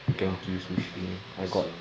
ya my birthday yes sir